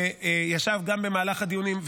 שישב גם במהלך הדיונים.